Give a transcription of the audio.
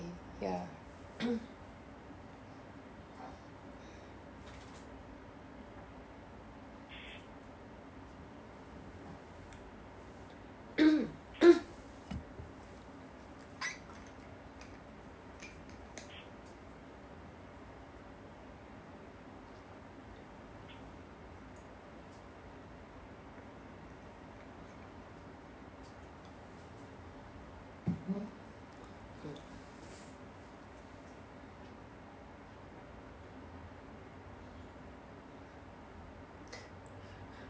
ya